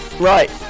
Right